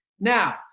Now